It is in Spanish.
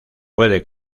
puede